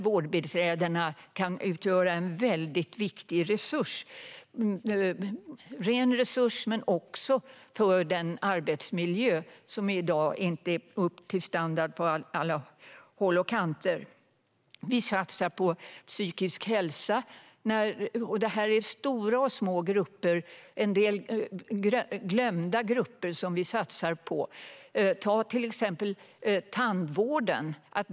Vårdbiträdena kan utgöra en mycket viktig resurs, också för den arbetsmiljö som i dag inte når upp till en viss standard på alla håll och kanter. Liberalerna satsar på psykisk hälsa. Det är stora och små grupper, och vi satsar på en del glömda grupper. Se till exempel på tandvården.